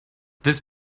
this